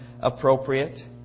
appropriate